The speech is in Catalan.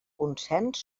consens